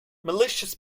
malicious